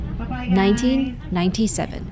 1997